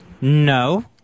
No